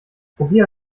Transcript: probier